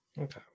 okay